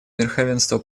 верховенство